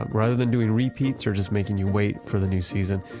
rather than doing repeats or just making you wait for the new season,